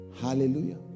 Hallelujah